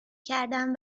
کردم